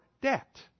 debt